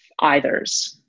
eithers